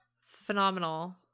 phenomenal